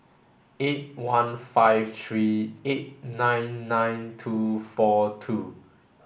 eight one five three eight nine nine two four two